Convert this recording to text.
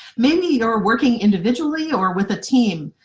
many are working individually or with a team.